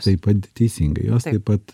taip pat teisingai jos taip pat